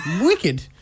Wicked